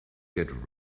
get